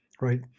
right